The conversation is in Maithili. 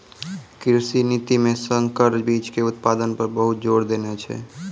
कृषि नीति मॅ संकर बीच के उत्पादन पर बहुत जोर देने छै